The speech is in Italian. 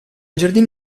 giardino